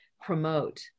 promote